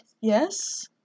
Yes